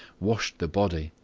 washed the body,